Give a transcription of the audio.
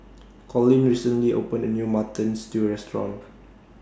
Collin recently opened A New Mutton Stew Restaurant